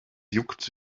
juckt